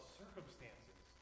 circumstances